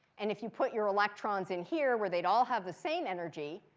and if you put your electrons in here, where they'd all have the same energy,